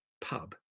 pub